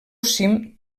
cim